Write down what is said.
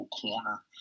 corner